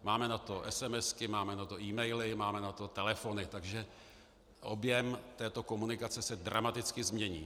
Máme na to esemesky, máme na to emaily, máme na to telefony, takže objem této komunikace se dramaticky změní.